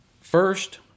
First